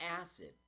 acid